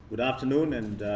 good afternoon. and,